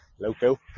loco